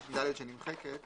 תקנה (ד) שנמחקת